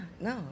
No